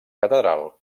catedral